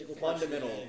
fundamental